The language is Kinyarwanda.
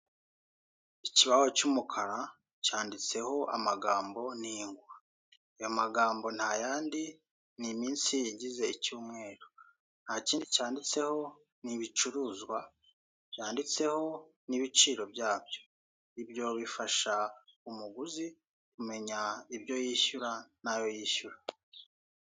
Ikibaho cy'umukara cyanditseho amagambo n'ingwa, aya magambo ntayandi ni iminsi igize icyumweru, ntakindi cyanditseho ni ibicuruzwa byanditseho n'ibiciro byabyo, ibyo bifasha umuguzi kumenya ibyo yishyura n'ayo yishyura.